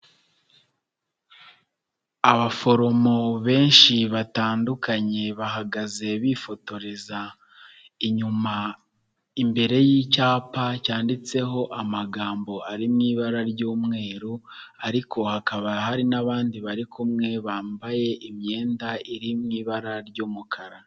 Abaforomo benshi batandukanye bahagaze bifotoreza inyuma, imbere y'icyapa cyanditseho amagambo ari mu ibara ry'umweru, ariko hakaba hari n'abandi bari kumwe bambaye imyenda iri mu ibara ry'umukara.